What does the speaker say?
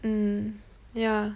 mm yah